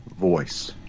voice